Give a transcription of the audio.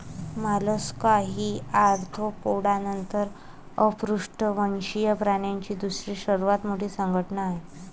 Mollusca ही Arthropoda नंतर अपृष्ठवंशीय प्राण्यांची दुसरी सर्वात मोठी संघटना आहे